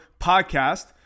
podcast